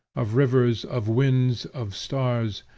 of rivers, of winds, of stars,